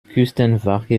küstenwache